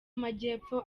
amajyepfo